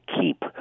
keep